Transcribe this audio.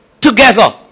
together